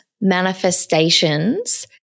manifestations